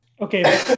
Okay